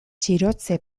txirotze